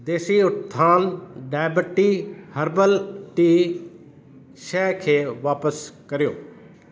देसी उत्थान डायबटी हर्बल टी शइ खे वापसि करियो